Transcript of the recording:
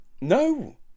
No